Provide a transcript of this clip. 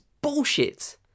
bullshit